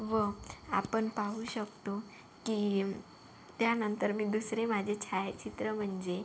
व आपण पाहू शकतो की यीम् त्यानंतर मी दुसरे माजे छायाचित्र म्हणजे